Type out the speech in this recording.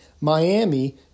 Miami